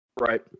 Right